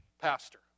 pastor